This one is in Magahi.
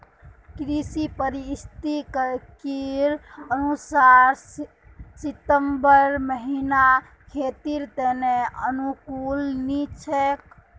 कृषि पारिस्थितिकीर अनुसार दिसंबर महीना खेतीर त न अनुकूल नी छोक